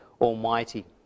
Almighty